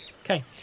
Okay